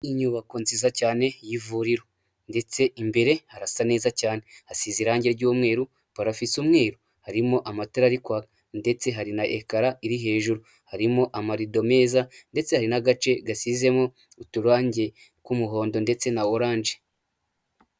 Ni inyubako nziza cyane y'ivuriro ndetse imbere harasa neza cyane hasize irangi ry'umweru parafo isa umweru, harimo amatara ari kwaka ndetse hari na ekara iri hejuru, harimo amarido meza ndetse hari n'agace gasizemo uturange tw'umuhondo ndetse na oranje.